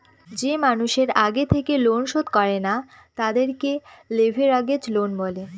যে মানুষের আগে থেকে লোন শোধ করে না, তাদেরকে লেভেরাগেজ লোন বলে